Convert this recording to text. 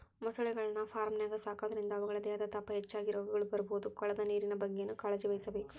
ಮೊಸಳೆಗಳನ್ನ ಫಾರ್ಮ್ನ್ಯಾಗ ಸಾಕೋದ್ರಿಂದ ಅವುಗಳ ದೇಹದ ತಾಪ ಹೆಚ್ಚಾಗಿ ರೋಗಗಳು ಬರ್ಬೋದು ಕೊಳದ ನೇರಿನ ಬಗ್ಗೆನೂ ಕಾಳಜಿವಹಿಸಬೇಕು